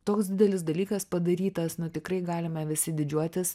toks didelis dalykas padarytas nu tikrai galime visi didžiuotis